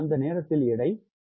அந்த நேரத்தில் எடை W7